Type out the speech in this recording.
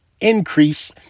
increase